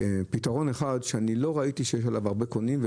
פתרון אחד שאני לא ראיתי שיש עליו הרבה קונים.